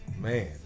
man